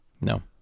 No